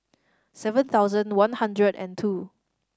seven thousand one hundred and two